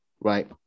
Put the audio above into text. right